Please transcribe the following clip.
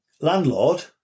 landlord